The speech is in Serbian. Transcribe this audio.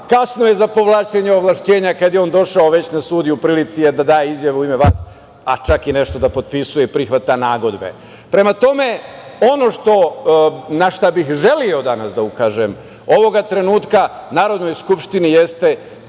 kasno je za povlačenje ovlašćenja kada je on došao već na sud i u prilici je da da izjavu u ime vas, a čak i nešto da potpisuje i prihvata nagodbe. Prema tome, ono na šta bih želeo danas da ukažem ovoga trenutka Narodnoj skupštini jeste